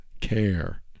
care